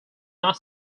not